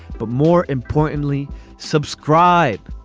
but more importantly subscribe.